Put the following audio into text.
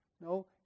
No